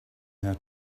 how